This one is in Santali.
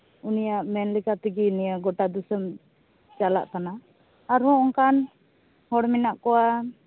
ᱩᱱᱤᱭᱟᱜ ᱢᱮᱱ ᱞᱮᱠᱟᱛᱮᱜᱮ ᱱᱤᱭᱟᱹ ᱜᱚᱴᱟ ᱫᱤᱥᱚᱢ ᱪᱟᱞᱟᱜ ᱠᱟᱱᱟ ᱟᱨᱦᱚᱸ ᱚᱱᱠᱟᱱ ᱦᱚᱲ ᱢᱮᱱᱟᱜ ᱠᱚᱣᱟ